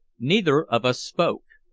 neither of us spoke.